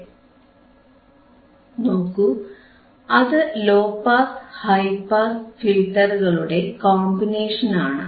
നോക്കൂ അത് low pass high pass ഫിൽറ്ററുകളുടെ കോമ്പിനേഷൻ ആണ്